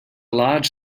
large